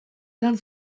edan